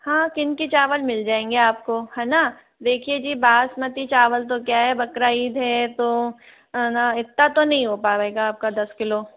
हाँ किनकी चावल मिल जाएंगे आपको है ना देखिए जी बासमती चावल तो क्या है बकरीद है तो है न इतना तो नहीं हो पाएगा आपका दस किलो